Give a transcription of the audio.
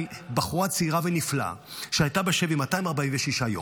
בחורה צעירה ונפלאה שהייתה בשבי 246 יום,